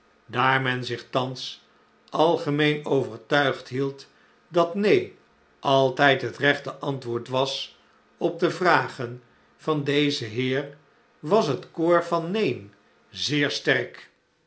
daar men zich thans algemeen overtuigd hield dat neen altijd het rechte antwoord was op de vragen van dezen heer was het koor van neen zeer sterk